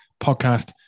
podcast